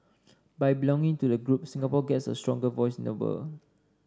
by belonging to the group Singapore gets a stronger voice in the world